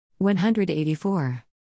184